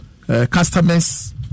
customer's